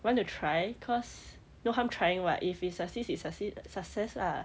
want to try cause no harm trying [what] if it succeed it succeed success lah